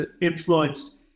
influenced